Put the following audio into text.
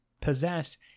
possess